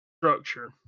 structure